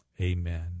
amen